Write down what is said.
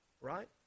Right